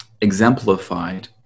exemplified